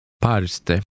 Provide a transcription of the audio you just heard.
Paris'te